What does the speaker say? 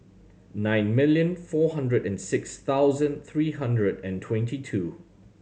nine million four hundred and six thousand three hundred and twenty two